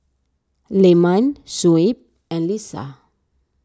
Leman Shuib and Lisa